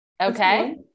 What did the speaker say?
okay